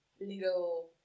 Little